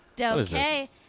Okay